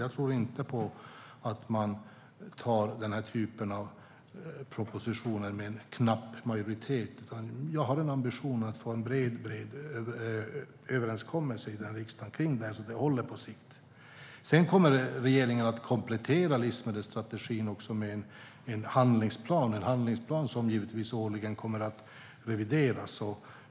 Jag tror inte på att man antar den här typen av propositioner med en knapp majoritet, utan jag har ambitionen att få till stånd en bred överenskommelse om detta i riksdagen, så att det håller på sikt. Sedan kommer regeringen att komplettera livsmedelsstrategin med en handlingsplan som årligen kommer att revideras.